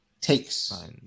takes